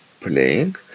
playing